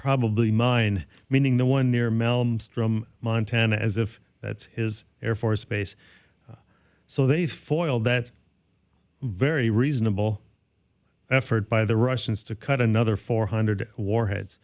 probably mine meaning the one near melhem strum montana as if that's his air force base so they foiled that very reasonable effort by the russians to cut another four hundred warheads